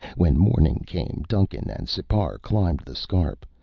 when morning came, duncan and sipar climbed the scarp,